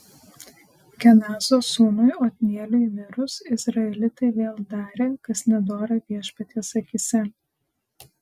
kenazo sūnui otnieliui mirus izraelitai vėl darė kas nedora viešpaties akyse